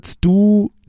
du